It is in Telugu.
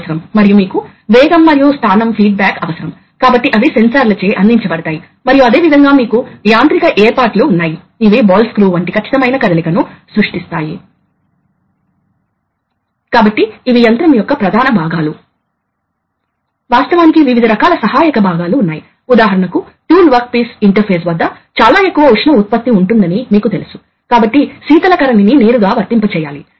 అదేవిధంగా మీకు ఫ్లో కంట్రోల్ వాల్వ్స్ ఉన్నాయి కాబట్టి ఫ్లో కంట్రోల్ వాల్వ్స్ ప్రధానంగా యాక్చుయేటర్ యొక్క వేగాన్ని కంట్రోల్ చేయడానికి ఉపయోగిస్తారు ముఖ్యంగా ఇది లోడ్ అవుతున్నప్పుడు కాబట్టి కొన్నిసార్లు మేము హైడ్రాలిక్స్లో చెప్పినట్లు కొన్నిసార్లు మనకు అది కావాలి అది ఉపసంహరించుకునేటప్పుడు సమయం ఆదా చేయడానికి అధిక వేగంతో ఉండాలి కాని అది లోడ్ను నడుపుతున్నప్పుడు అది తక్కువ వేగంతో ఉండాలి